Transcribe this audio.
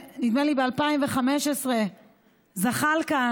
נדמה לי שב-2015 זחאלקה,